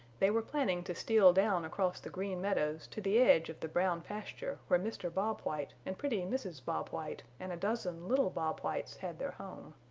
they were planning to steal down across the green meadows to the edge of the brown pasture where mr. bob white and pretty mrs. bob white and a dozen little bob whites had their home.